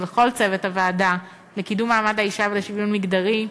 ולכל צוות הוועדה לקידום מעמד האישה ולשוויון מגדרי,